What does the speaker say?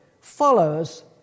follows